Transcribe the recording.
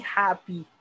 happy